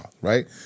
right